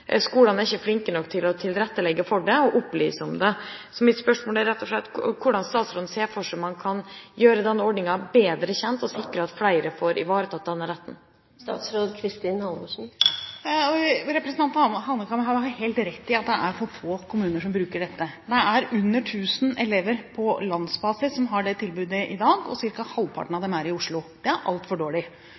det og opplyse om det. Så mitt spørsmål er rett og slett: Hvordan ser statsråden for seg at man kan gjøre denne ordningen bedre kjent og sikre at flere får ivaretatt denne retten? Representanten Hanekamhaug har helt rett i at det er for få kommuner som bruker dette. Det er under 1 000 elever på landsbasis som har dette tilbudet i dag, og ca. halvparten av dem er i Oslo. Det er altfor dårlig.